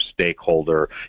stakeholder